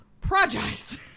project